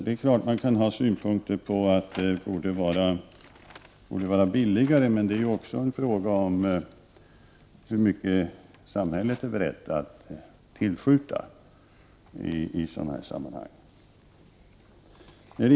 Det är klart att man kan ha synpunkter på priset, men det är också en fråga om hur mycket samhället är berett att tillskjuta i sådana här sammanhang.